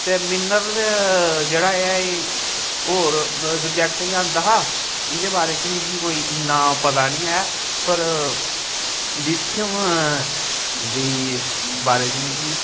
ते मिनरल जेह्ड़ा ऐ एह् होर सब्जेक्ट च आंदा हा एह्दे बारे च मिगी कोई इ'न्ना पता निं ऐ पर लिथियम दे बारे च मिगी